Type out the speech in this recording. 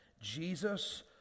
Jesus